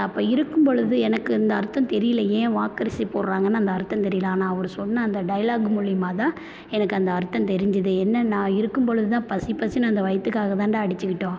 அப்போ இருக்கும் பொழுது எனக்கு அந்த அர்த்தம் தெரியலை ஏன் வாக்கரிசி போட்றாங்கன்னு அந்த அர்த்தம் தெரியலை ஆனால் அவர் சொன்ன அந்த டைலாக் மூலியமாக தான் எனக்கு அந்த அர்த்தம் தெரிஞ்சிது என்னன்னா இருக்கும் பொழுது தான் பசி பசின்னு அந்த வயித்துக்காக தான்டா அடிச்சிக்கிட்டோம்